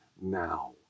now